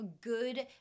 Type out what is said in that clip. good